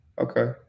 Okay